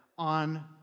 on